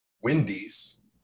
Wendy's